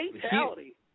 Fatality